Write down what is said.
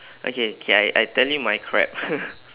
okay okay I I tell you my crab